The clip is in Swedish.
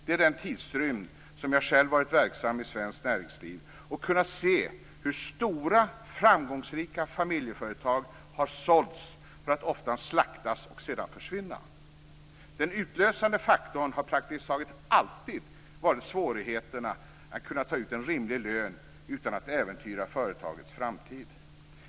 Det är den tidsrymd som jag själv har varit verksam i svenskt näringsliv och kunnat se hur stora framgångsrika familjeföretag har sålts för att ofta slaktas och sedan försvinna. Den utlösande faktorn har praktiskt taget alltid varit svårigheterna att kunna ta ut en rimlig lön utan att äventyra företagets framtid.